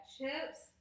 Chips